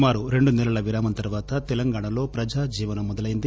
సుమారు రెండు నెలల విరామం తర్వాత తెలంగాణాలో ప్రజా జీవనం మొదలైంది